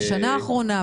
בשנה האחרונה?